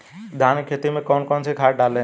धान की खेती में कौन कौन सी खाद डालें?